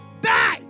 Die